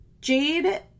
Jade